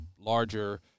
larger